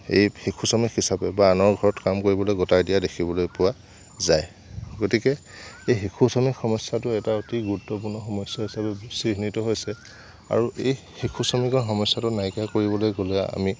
এই শিশু শ্ৰমিক হিচাপে বা আনৰ ঘৰত কাম কৰিবলৈ গটাই দিয়া দেখিবলৈ পোৱা যায় গতিকে এই শিশু শ্ৰমিক সমস্যাটো এটা অতি গুৰুত্বপূৰ্ণ সমস্যা হিচাপে চিহ্নিত হৈছে আৰু এই শিশু শ্ৰমিকৰ সমস্যাটো নাইকিয়া কৰিবলৈ গ'লে আমি